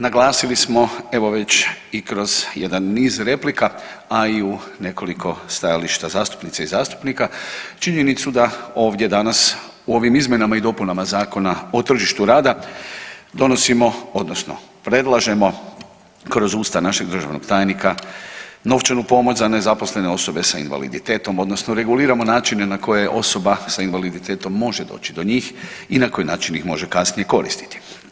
Naglasili smo evo već i kroz jedan niz replika, a i u nekoliko stajališta zastupnica i zastupnika činjenicu da ovdje danas u ovim izmjenama i dopunama Zakona o tržištu rada donosimo, odnosno predlažemo kroz usta našeg državnog tajnika novčanu pomoć za nezaposlene osobe sa invaliditetom, odnosno reguliramo načine na koje osoba sa invaliditetom može doći do njih i na koji način ih može kasnije koristiti.